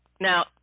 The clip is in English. Now